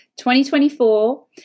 2024